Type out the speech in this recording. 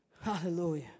Hallelujah